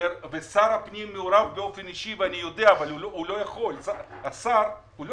שר הפנים מעורב באופן אישי אבל השר לא